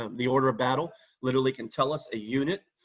the order of battle literally can tell us a unit,